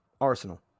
Arsenal